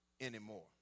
anymore